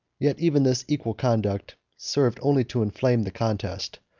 yet even this equal conduct served only to inflame the contest,